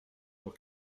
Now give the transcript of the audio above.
pour